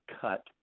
cut